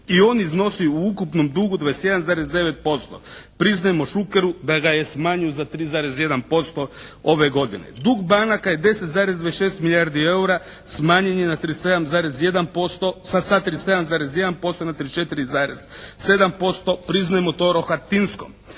i on iznosi u ukupnom dugu 21,9%. Priznjamo Šukeru da ga je smanjio za 3,1% ove godine. Dug banaka je 10,26 milijardi EUR-a. Smanjen je na 37,1%, sa 37,1% na 34,7%. Priznajmo to Rohatinskom.